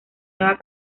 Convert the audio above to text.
nueva